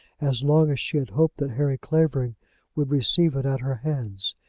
as long as she had hoped that harry clavering would receive it at her hands.